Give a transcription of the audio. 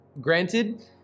Granted